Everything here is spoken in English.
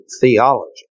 theology